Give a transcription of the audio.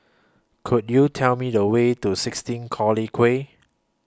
Could YOU Tell Me The Way to sixteen Collyer Quay